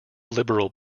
liberal